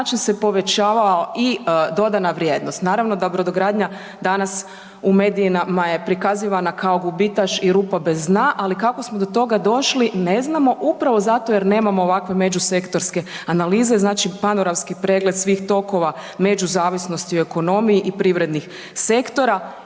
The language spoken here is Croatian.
način se povećavala i dodana vrijednost. Naravno da brodogradnja danas u medijima je prikazivana kao gubitaš ili rupa bez dna, ali kako smo do toga došli ne znamo upravo zato jer nemamo ovakve međusektorske analize znači panoramski pregled svih tokova međuzavisnosti u ekonomiji i privrednih sektora